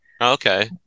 Okay